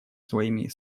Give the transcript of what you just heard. своими